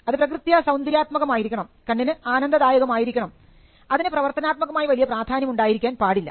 അത് പ്രകൃത്യാ സൌന്ദര്യാത്മകമായിരിക്കണം കണ്ണിന് ആനന്ദദായകമായിരിക്കണം അതിന് പ്രവർത്തനാത്മകമായി വലിയ പ്രാധാന്യം ഉണ്ടായിരിക്കാൻ പാടില്ല